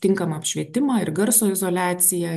tinkamą apšvietimą ir garso izoliaciją